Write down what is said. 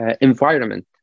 environment